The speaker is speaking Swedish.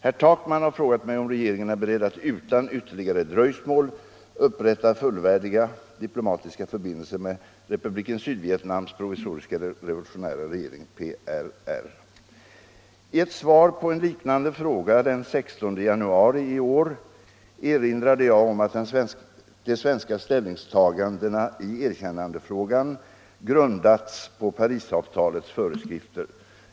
Herr Takman har frågat mig om regeringen är beredd att utan ytterligare dröjsmål upprätta fullvärdiga diplomatiska förbindelser med Republiken Sydvietnams provisoriska revolutionära regering, PRR. I ett svar på en liknande fråga den 16 januari i år erinrade jag om att de svenska ställningstagandena i erkännandefrågan grundats på Parisavtalets föreskrifter.